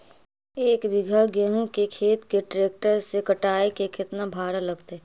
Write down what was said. एक बिघा गेहूं के खेत के ट्रैक्टर से कटाई के केतना भाड़ा लगतै?